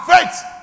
faith